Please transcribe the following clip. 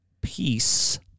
peace